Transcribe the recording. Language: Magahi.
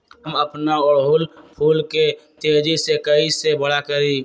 हम अपना ओरहूल फूल के तेजी से कई से बड़ा करी?